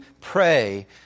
pray